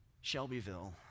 Shelbyville